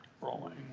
rolling